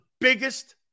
biggest